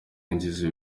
yinjizwa